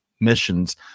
missions